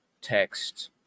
text